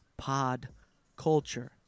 podculture